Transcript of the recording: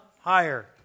higher